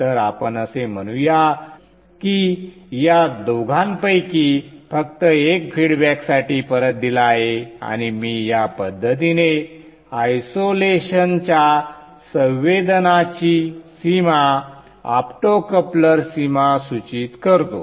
तर आपण असे म्हणूया की या दोघांपैकी फक्त एक फीडबॅकसाठी परत दिला आहे आणि मी या पद्धतीने आयसोलेशनच्या संवेदनाची सीमा ऑप्टोकप्लर सीमा सूचित करतो